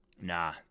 Nah